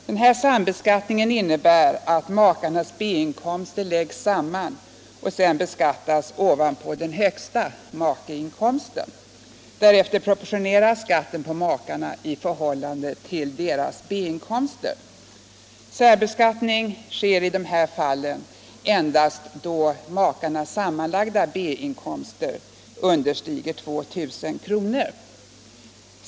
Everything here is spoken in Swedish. Den här sambeskattningen innebär att makarnas B-inkomster läggs samman och beskattas ovanpå den högsta makeinkomsten. Därefter pro portioneras skatten på makarna i förhållande till deras B-inkomster. Särbeskatining sker i dessa fall endast då makarnas sammanlagda B-inkomster understiger 2000 kr.